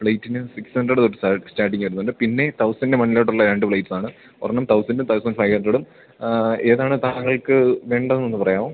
പ്ലേറ്റിന് six hundred തൊട്ട് starting വരുന്നുണ്ട് പിന്നെ തൗസൻഡ് മുന്നിലോട്ടുള്ള രണ്ട് പ്ലേറ്റ്സാണ് ഒരെണ്ണം തൗസൻഡും തൗസൻഡ് ഫൈ ഹൺഡ്രഡും ഏതാണ് താങ്കൾക്ക് വേണ്ടത് ഒന്ന് പറയാമോ